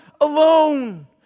alone